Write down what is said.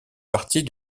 partie